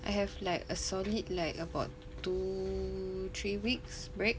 I have like a solid like about two three weeks break